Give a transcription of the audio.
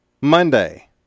Monday